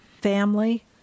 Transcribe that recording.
Family